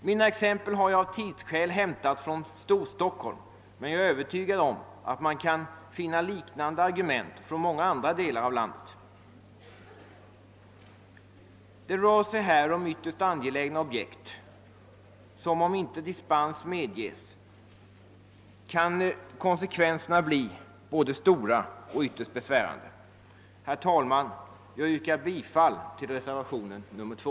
Mina exempel har jag av tidsskäl hämtat från Storstockholm, men jag är övertygad om att man kan finna liknande argument från många andra delar av landet. Det rör sig om ytterst angelägna objekt. Om inte dispens medges kan konsekvenserna bli både stora och ytterst besvärande. Herr talman! Jag yrkar bifall till reservationen 2.